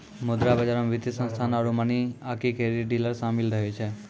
मुद्रा बजारो मे वित्तीय संस्थानो आरु मनी आकि क्रेडिट डीलर शामिल रहै छै